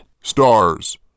Stars